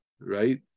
Right